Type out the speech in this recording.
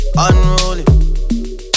Unruly